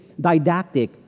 didactic